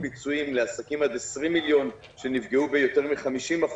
פיצויים לעסקים עד 20 מיליון שנפגעו ביותר מ-50%.